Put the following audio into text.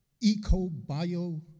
eco-bio